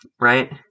Right